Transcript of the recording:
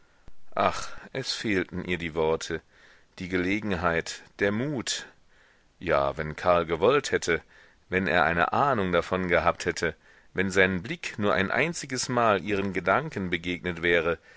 ach es fehlten ihr die worte die gelegenheit der mut ja wenn karl gewollt hätte wenn er eine ahnung davon gehabt hätte wenn sein blick nur ein einzigesmal ihren gedanken begegnet wäre